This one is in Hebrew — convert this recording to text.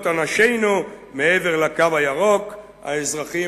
אנשינו מעבר ל'קו הירוק'" כלומר האזרחים,